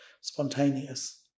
spontaneous